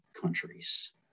countries